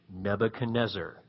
Nebuchadnezzar